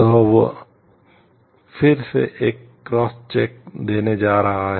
तो वह फिर से एक क्रॉस चेक देने जा रहा है